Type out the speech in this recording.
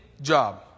job